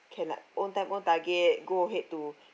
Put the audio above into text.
can like own time own target go ahead to